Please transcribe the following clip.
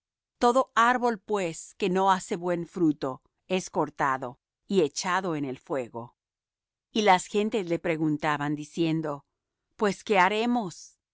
todo árbol pues que no hace buen fruto es cortado y echado en el fuego y las gentes le preguntaban diciendo pues qué haremos